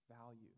value